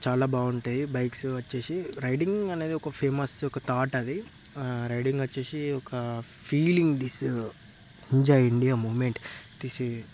చాలా బాగుంటాయి బైక్స్ వచ్చేసి రైడింగ్ అనేది ఒక ఫేమస్ ఒక థాట్ అది రైడింగ్ వచ్చేసి ఒక feeling this enjoy India moment this